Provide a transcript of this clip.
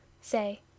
say